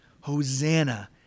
Hosanna